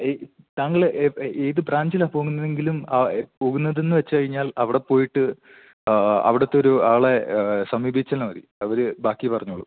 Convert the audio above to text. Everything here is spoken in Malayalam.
ഈ താങ്കൾ ഏത് ബ്രാഞ്ചിലാ പോകുന്നതെങ്കിലും പോകുന്നതെന്ന് വെച്ച് കഴിഞ്ഞാൽ അവിടെപ്പോയിട്ട് അവിടത്തൊരൂ ആളെ സമീപിച്ചെന്നാൽ മതി അവർ ബാക്കി പറഞ്ഞോളും